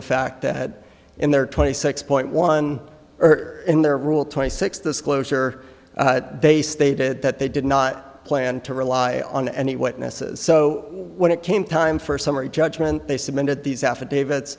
the fact that in their twenty six point one in their rule twenty six disclosure they stated that they did not plan to rely on any witnesses so when it came time for summary judgment they submitted these affidavit